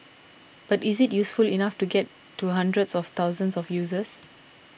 but is it useful enough to get to hundreds of thousands of users